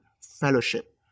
fellowship